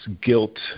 guilt